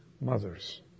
Mothers